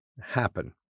happen